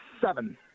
seven